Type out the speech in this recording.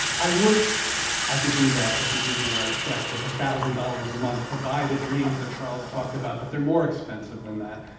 i wish i could do that with a ubi check, with a thousand dollars a month to buy the dreams that charles talked about, but they're more expensive than that.